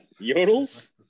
Yodels